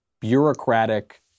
bureaucratic